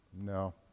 No